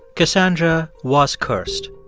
cassandra was cursed.